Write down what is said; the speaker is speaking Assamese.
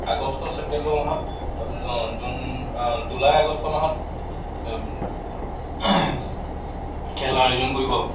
আগষ্ট ছেপ্টেম্বৰ মাহত জুন জুলাই আগষ্ট মাহত খেলা আয়োজন কৰিব